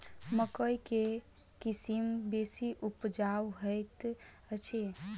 मकई केँ के किसिम बेसी उपजाउ हएत अछि?